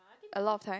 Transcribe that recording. a lot of time